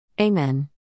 Amen